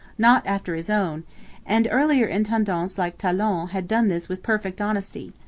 not after his own and earlier intendants like talon had done this with perfect honesty.